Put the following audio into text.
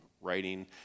writing